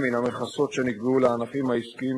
אם עקב פטירת המעסיק,